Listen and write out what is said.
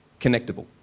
connectable